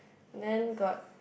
then got